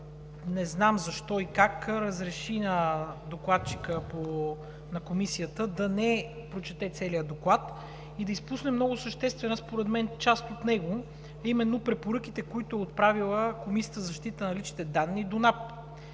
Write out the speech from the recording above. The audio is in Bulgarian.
не знам защо и как разреши на докладчика на Комисията да не прочете целия доклад и да изпусне много съществена, според мен, част от него, а именно препоръките, които е отправила Комисията за защита на личните данни до